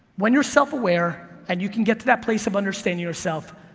when you're self-aware and you can get to that place of understanding yourself,